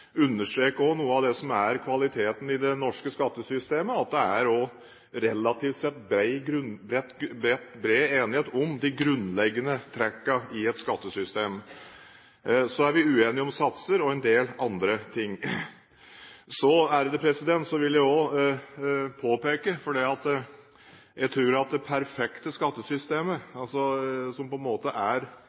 noe av det som er kvaliteten ved det norske skattesystemet, at det er relativt sett bred enighet om de grunnleggende trekkene i skattesystemet. Men så er vi uenige om satser og en del andre ting. Jeg vil også påpeke at jeg tror det perfekte skattesystemet som er rettferdig for alle, og som alle er 100 pst. fornøyd med, ikke er